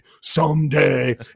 someday